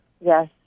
Yes